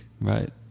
Right